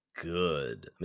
Good